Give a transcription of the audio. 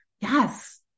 yes